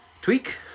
Tweak